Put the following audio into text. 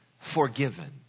forgiven